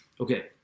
Okay